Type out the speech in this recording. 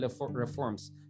reforms